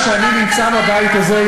וזה לא אני, תמר זנדברג.